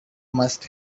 must